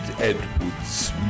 Edwards